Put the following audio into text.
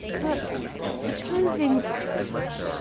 but supposing, said i,